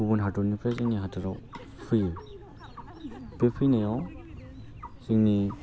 गुबुन हादरनिफ्राय जोंनि हादराव फैयो बे फैनायाव जोंनि